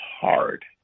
hard